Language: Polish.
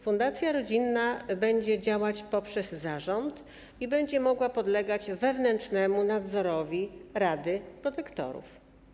Fundacja rodzinna będzie działać poprzez zarząd i będzie mogła podlegać wewnętrznemu nadzorowi rady protektorów.